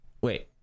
wait